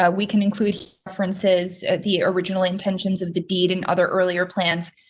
ah we can include references the original intentions of the deed and other earlier plans,